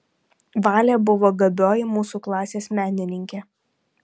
valė buvo gabioji mūsų klasės menininkė